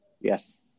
yes